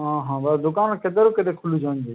ହଁ ହଁ ବେଲେ ଦୋକାନ କେତେ ରୁ କେତେ ଖୁଲୁଛନ୍ ଯେ